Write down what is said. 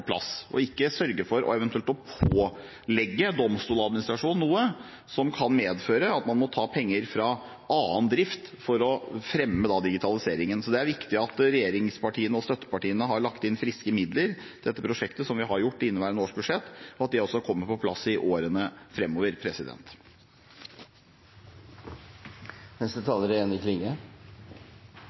plass, og ikke sørger for eventuelt å pålegge Domstoladministrasjonen noe som kan medføre at man må ta penger fra annen drift for å fremme digitaliseringen. Det er viktig at regjeringspartiene og støttepartiene har lagt inn friske midler til dette prosjektet, som vi har gjort i inneværende års budsjett, og at det også kommer på plass i årene fremover. Det er